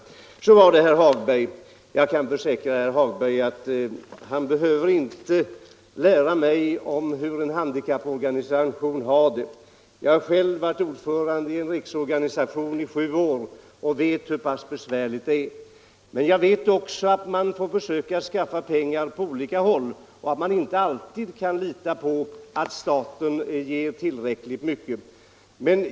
Jag kan försäkra herr Hagberg i Borlänge att han inte behöver lära mig hur en handikapporganisation har det. Jag har själv varit ordförande i en riksorganisation för handikappade i sju år och vet hur besvärligt de har det. Men jag vet också att man får försöka skaffa pengar från olika håll och inte bara lita på att staten ger tillräckligt mycket.